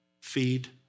feed